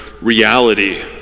reality